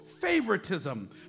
favoritism